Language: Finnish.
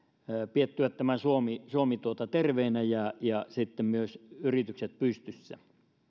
pidettyä suomi suomi terveenä ja ja sitten myös yritykset pystyssä